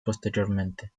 posteriormente